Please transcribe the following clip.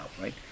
right